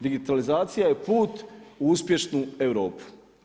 Digitalizacija je put u uspješnu Europu.